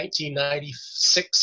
1996